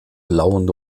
blauen